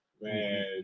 Man